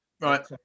right